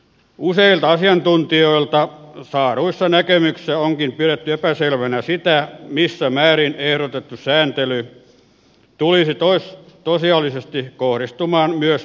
useilta asiantuntijoilta saaduissa näkemyksissä onkin pidetty epäselvänä sitä missä määrin ehdotettu sääntely tulisi tosiasiallisesti kohdistumaan myös päästökauppasektoriin